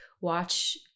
watch